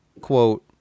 quote